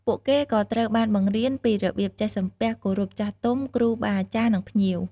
ពួកគេក៏ត្រូវបានបង្រៀនពីរបៀបចេះ សំពះ គោរពចាស់ទុំ គ្រូបាអាចារ្យ និងភ្ញៀវ។